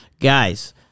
Guys